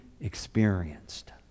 experienced